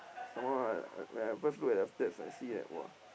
some more right when I first look at the stats I see that !wah!